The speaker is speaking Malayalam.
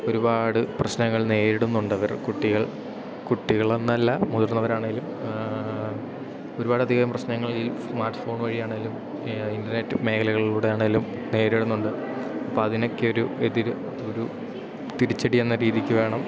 ഒരുപാട് പ്രശ്നങ്ങൾ നേരിടുന്നുണ്ടവർ കുട്ടികൾ കുട്ടികളെന്നല്ല മുതിർന്നവരാണെങ്കിലും ഒരുപാടധികം പ്രശ്നങ്ങൾ ഈ സ്മാർട്ട് ഫോൺ വഴിയാണെങ്കിലും ഇൻറ്റർനെറ്റ് മേഖലകളിലൂടെയാണെങ്കിലും നേരിടുന്നുണ്ട് അപ്പതിനൊക്കെയൊരു എതിര് ഒരു തിരിച്ചടിയെന്ന രീതിക്കു വേണം